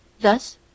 Thus